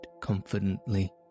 confidently